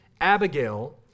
Abigail